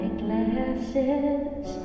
glasses